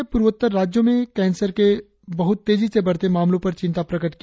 समिति ने पूर्वोत्तर राज्यों में कैंसर के बहुत तेजी से बढ़ते मामलों पर चिंता प्रकट की